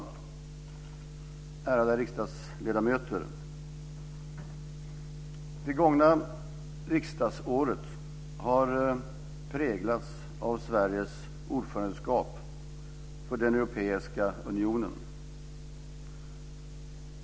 Ärade riksdagsledamöter! Det gångna riksdagsåret har präglats av Sveriges ordförandeskap för den europeiska unionen.